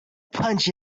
punch